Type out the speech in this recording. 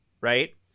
right